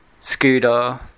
scooter